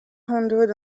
hundred